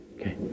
Okay